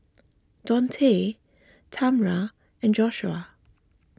Daunte Tamra and Joshuah